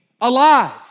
alive